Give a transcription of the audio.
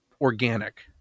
organic